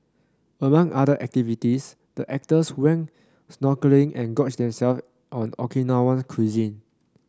among other activities the actors went snorkelling and gorged themselves on Okinawan cuisine